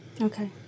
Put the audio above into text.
Okay